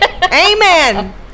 Amen